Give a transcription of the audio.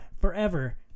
forever